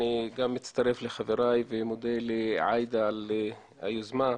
אני גם מצטרף לחבריי ומודה לעאידה על היוזמה.